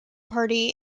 party